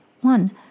one